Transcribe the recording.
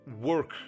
work